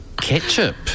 ketchup